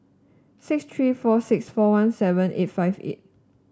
six three four six four one seven eight five eight